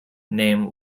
name